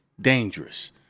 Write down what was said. dangerous